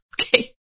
Okay